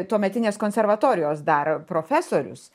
tuometinės konservatorijos dar profesorius